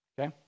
Okay